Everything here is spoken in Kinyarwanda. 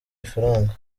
ifaranga